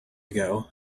ago